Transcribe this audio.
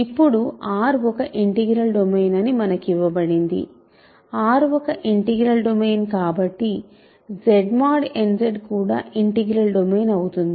ఇప్పుడు R ఒక integral domain అని మనకు ఇవ్వబడింది R ఒక ఇంటిగ్రల్ డొమైన్ కాబట్టి Z mod n Z కూడా ఇంటిగ్రల్ డొమైన్ అవుతుంది